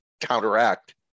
counteract